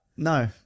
No